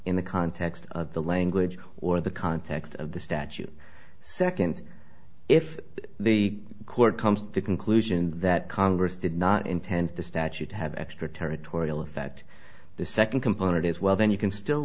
in the context of the language or the context of the statute second if the court comes to the conclusion that congress did not intend the statute have extraterritorial with that the second component is well then you can still